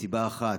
מסיבה אחת: